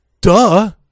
Duh